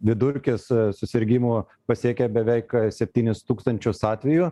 vidurkis susirgimų pasiekė beveik septynis tūkstančius atvejų